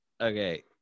Okay